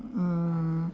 mm